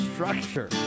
Structure